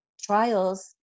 trials